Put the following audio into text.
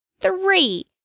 Three